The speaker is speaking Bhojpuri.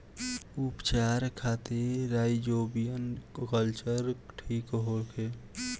उपचार खातिर राइजोबियम कल्चर ठीक होखे?